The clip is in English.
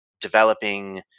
developing